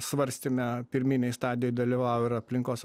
svarstyme pirminėj stadijoj dalyvavo ir aplinkos